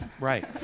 Right